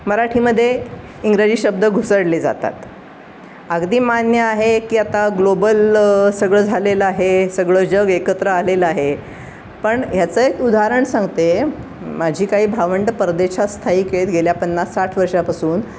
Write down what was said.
मराठीमध्ये इंग्रजी शब्द घुसडले जातात अगदी मान्य आहे की आता ग्लोबल सगळं झालेलं आहे सगळं जग एकत्र आलेलं आहे पण ह्याचं एक उदाहरण सांगते माझी काही भावंडं परदेशात स्थायिक आहेत गेल्या पन्नास साठ वर्षापासून